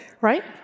Right